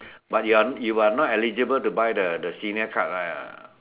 but you are you are not eligible to buy the senior card right or not